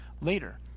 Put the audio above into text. later